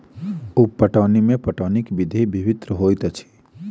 उप पटौनी मे पटौनीक विधि भिन्न होइत अछि